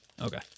Okay